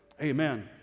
Amen